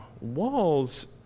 walls